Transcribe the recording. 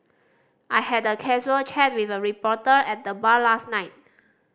I had a casual chat with a reporter at the bar last night